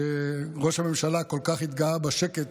שראש הממשלה כל כך התגאה בשקט